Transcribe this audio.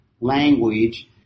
language